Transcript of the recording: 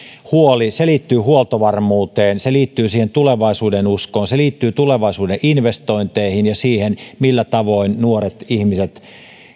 huoli se liittyy huoltovarmuuteen se liittyy tulevaisuudenuskoon se liittyy tulevaisuuden investointeihin ja siihen haluavatko nuoret ihmiset